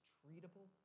treatable